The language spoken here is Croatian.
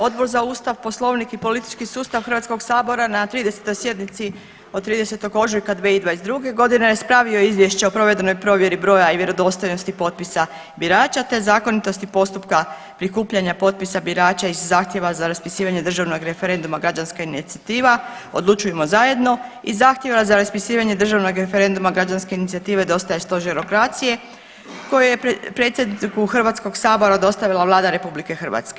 Odbor za Ustav, Poslovnik i politički sustav HS na 30. sjednici od 30. ožujka 2022.g. ispravio je izvješće o provedenoj provjeri broja i vjerodostojnosti potpisa birača, te zakonitosti postupka prikupljanja potpisa birača iz zahtjeva za raspisivanje državnog referenduma građanska inicijativa „Odlučujmo zajedno“ i zahtjeva za raspisivanje državnog referenduma građanske inicijative „Dosta je Stožerokracije“ koju je predsjedniku HS dostavila Vlada RH.